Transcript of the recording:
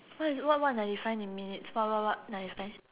what what ninety five minutes what what what ninety five